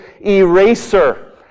eraser